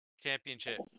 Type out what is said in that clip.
championship